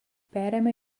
perėmė